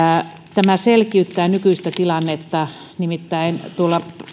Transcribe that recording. tämä selkiyttää nykyistä tilannetta nimittäin tuolla